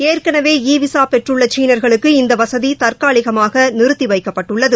ஏற்கனவே e visa பெற்றுள்ள சீனர்களுக்கு இந்த வசதி தற்காலிகமாக நிறுத்தி வைக்கப்பட்டுள்ளது